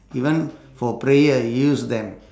even for prayer you used them